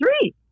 three